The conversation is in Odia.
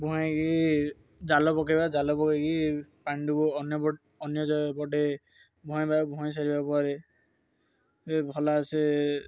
ବୁହାଇକି ଜାଲ ପକେଇବା ଜାଲ ପକେଇକି ପାଣିଟିକୁ ଅନ୍ୟପଟେ ଅନ୍ୟ ପଟେ ବୁହାଇବା ବୁହାଇ ସାରିବାକୁ ପରେ ଭଲସେ